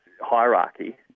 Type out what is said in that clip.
hierarchy